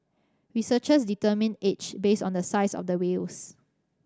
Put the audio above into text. researchers determine age based on the size of the whales